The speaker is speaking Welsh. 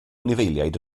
anifeiliaid